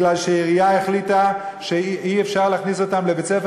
כי העירייה החליטה שאי-אפשר להכניס אותם לבית-ספר,